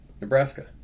Nebraska